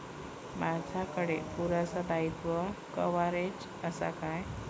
माजाकडे पुरासा दाईत्वा कव्हारेज असा काय?